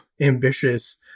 ambitious